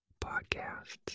podcasts